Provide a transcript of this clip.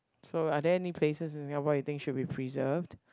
so are there any places in Singapore you think should be preserved